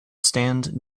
stand